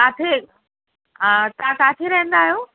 किथे हा तव्हां किथे रहंदा आहियो